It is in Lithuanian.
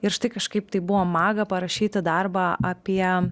ir štai kažkaip taip buvo maga parašyti darbą apie